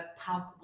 palpable